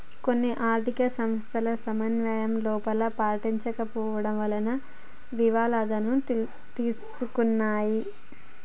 కొన్ని ఆర్ధిక సంస్థలు సమన్వయ లోపం పాటించకపోవడం వలన దివాలా తీస్తున్నాయి